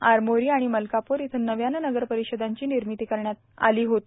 आरमोरी आणि मलकाप्र इथं नव्याने नगरपरिषदांची निर्मिती करण्यात आली होती